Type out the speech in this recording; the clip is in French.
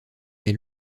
est